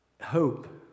Hope